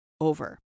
over